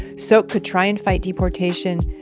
so could try and fight deportation,